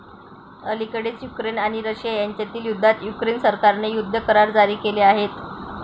अलिकडेच युक्रेन आणि रशिया यांच्यातील युद्धात युक्रेन सरकारने युद्ध करार जारी केले आहेत